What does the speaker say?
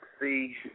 see